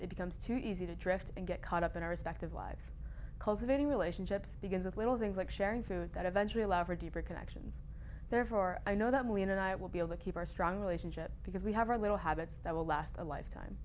it becomes too easy to drift and get caught up in our respective lives cultivating relationships because of little things like sharing food that eventually allow for deeper connections therefore i know that me and i will be able to keep our strong relationship because we have our little habits that will last a lifetime